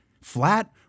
flat